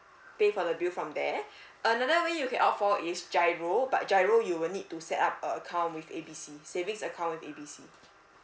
pay for the bill from there another way you can opt for is giro but giro you will need to set up a account with A B C savings account with A B C